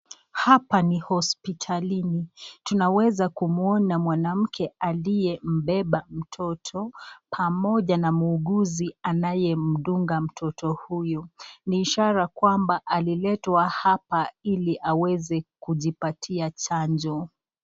Hapa ni hospitalini. Tunaweza kumuona mwanamke aliyebeba mtoto pamoja na muuguzi anayemdunga mtoto huyu. Ni ishara kwamba aliletwa hapa ili aweze kujipatia chanjo.